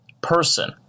person –